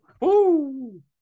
Woo